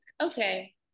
okay